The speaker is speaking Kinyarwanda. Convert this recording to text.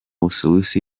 busuwisi